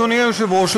אדוני היושב-ראש,